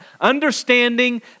understanding